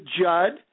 Judd